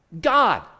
God